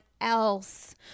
else